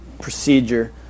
procedure